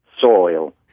soil